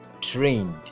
trained